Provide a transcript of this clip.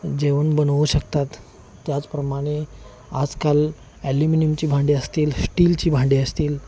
जेवण बनवू शकतात त्याचप्रमाणे आजकाल ॲल्युमिनियमची भांडी असतील स्टीलची भांडी असतील